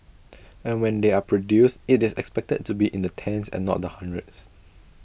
and when they are produced IT is expected to be in the tens and not the hundreds